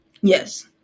Yes